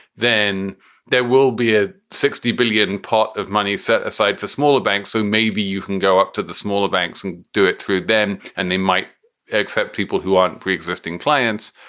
then there will be a sixty billion pot of money set aside for smaller banks. so maybe you can go up to the smaller banks and do it through them and they might accept people who are pre-existing clients.